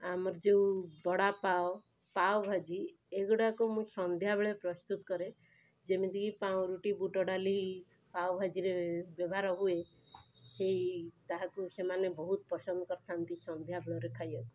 ଆମର ଯେଉଁ ବଡ଼ାପାଓ ପାଓଭାଜି ଏଇଗୁଡ଼ାକୁ ମୁଁ ସନ୍ଧ୍ୟାବେଳେ ପ୍ରସ୍ତୁତ କରେ ଯେମିତି କି ପାଉଁରୋଟି ବୁଟଡାଲି ପାଓଭାଜିରେ ବ୍ୟବହାର ହୁଏ ସେଇ ତାହାକୁ ସେମାନେ ବହୁତ ପସନ୍ଦ କରିଥାନ୍ତି ସନ୍ଧ୍ୟାବେଳରେ ଖାଇବାକୁ